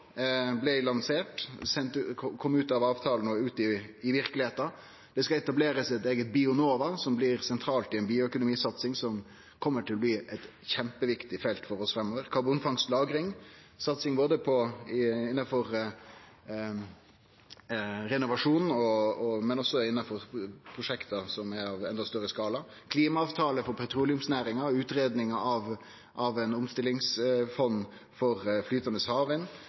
blei lansert, kom ut av avtalen og ut i verkelegheita. Det skal etablerast eit eige Bionova, som blir sentralt i ei bioøkonomisatsing, som kjem til å bli eit kjempeviktig felt for oss framover. Når det gjeld karbonfangst og -lagring, er det satsing innanfor renovasjon, men også innanfor prosjekt som er av endå større skala. Det er klimaavtale for petroleumsnæringa, utgreiing av eit omstillingsfond for flytande